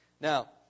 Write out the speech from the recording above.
Now